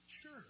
Sure